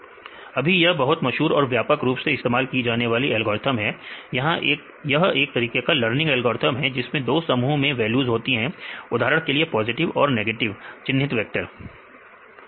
अभी यह बहुत मशहूर और व्यापक रूप से इस्तेमाल की जाने वाली एल्गोरिथ्म है यह एक तरह का लर्निंग एल्गोरिथम है जिसमें दो समूह में वैल्यूज होती है उदाहरण के लिए पॉजिटिव और नेगेटिव चिन्हित वेक्टर